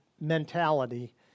mentality